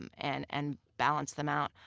and and and balance them out.